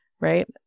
Right